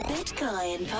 Bitcoin